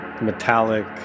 metallic